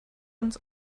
ins